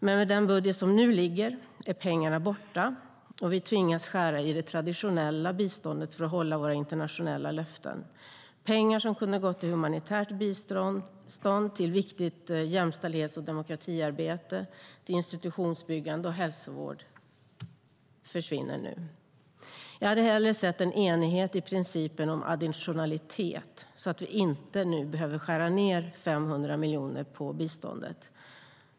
Men med den budget som nu föreligger är pengarna borta, och vi tvingas skära i det traditionella biståndet för att hålla våra internationella löften. Pengar som kunde ha gått till humanitärt bistånd, till viktigt jämställdhets och demokratiarbete, till institutionsbyggande och hälsovård försvinner nu. Jag hade hellre sett en enighet beträffande principen om additionalitet så att vi inte, som nu, hade behövt skära ned 500 miljoner på biståndet.